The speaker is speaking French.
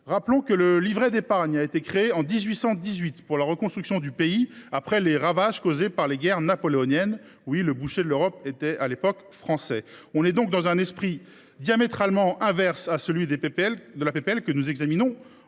Rappelons que le livret d’épargne a été créé en 1818 pour reconstruire le pays après les ravages causés par les guerres napoléoniennes. Oui, le boucher de l’Europe à l’époque était français ! On est donc dans un esprit diamétralement inverse à celui de la proposition